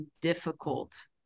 difficult